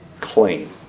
Clean